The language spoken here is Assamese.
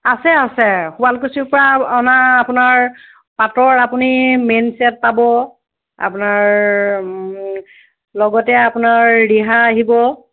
আছে আছে শুৱালকুচিৰপৰা অনা আপোনাৰ পাটৰ আপুনি মেইন ছেট পাব আপোনাৰ লগতে আপোনাৰ ৰিহা আহিব